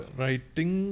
writing